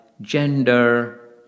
gender